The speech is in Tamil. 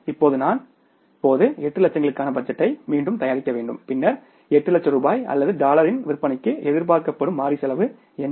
இப்போது நான் இப்போது 8 லட்சங்களுக்கான பட்ஜெட்டை மீண்டும் தயாரிக்க வேண்டும் பின்னர் 8 லட்சம் ரூபாய் அல்லது டாலரின் விற்பனைக்கு எதிர்பார்க்கப்படும் மாறி செலவு என்ன